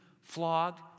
flogged